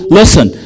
listen